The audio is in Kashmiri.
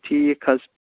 ٹھیٖک حظ